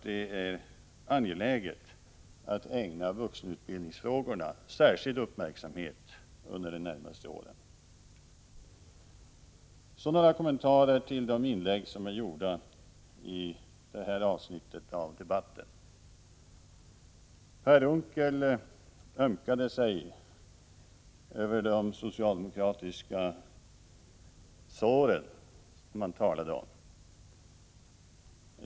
Det är angeläget att ägna vuxenutbildnings frågorna särskild uppmärksamhet under de närmaste åren. Så några kommentarer till de inlägg som är gjorda i det här avsnittet av debatten. Per Unckel ömkar sig över de socialdemokratiska såren.